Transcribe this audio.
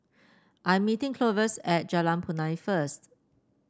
I am meeting Clovis at Jalan Punai first